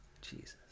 jesus